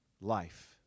life